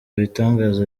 ibitangaza